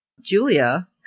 Julia